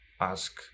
ask